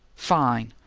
fine!